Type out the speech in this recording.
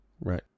right